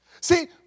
See